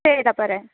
ചെയ്താൽ പോരെ